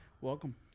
welcome